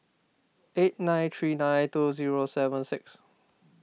eight nine three nine two zero seven six